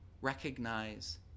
recognize